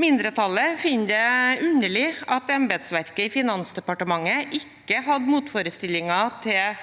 Mindretallet finner det underlig at embetsverket i Finansdepartementet ikke hadde motforestillinger til